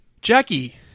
Jackie